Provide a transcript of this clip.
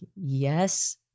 yes